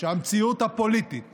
שהמציאות הפוליטית